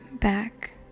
back